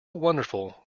wonderful